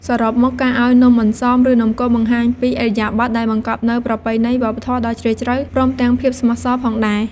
សរុបមក ការឱ្យនំអន្សម ឬ នំគមបង្ហាញពីឥរិយាបថដែលបង្កប់នូវប្រពៃណីវប្បធម៌ដ៏ជ្រាលជ្រៅ ព្រមទាំងភាពស្មោះសរផងដែរ។